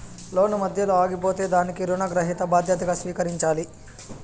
లోను మధ్యలో ఆగిపోతే దానికి రుణగ్రహీత బాధ్యతగా స్వీకరించాలి